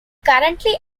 currently